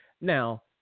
Now